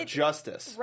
justice